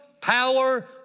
power